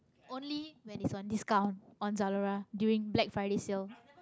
only when it's on discount on zalora during black-friday sale